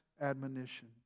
admonition